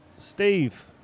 Steve